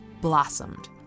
blossomed